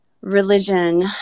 religion